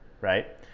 right